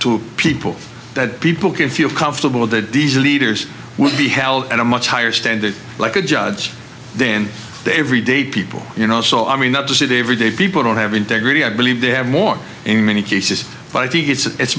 to people that people can feel comfortable that these leaders will be held at a much higher standard like a judge then the everyday people you know so i mean not to say david a people don't have integrity i believe they have more in many cases but i think it's